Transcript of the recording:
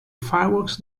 fireworks